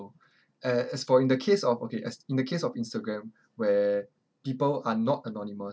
a~ as for in the case of okay as in the case of instagram where people are not anonymous